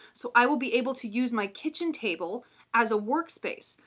so, i will be able to use my kitchen table as a workspace.